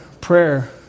prayer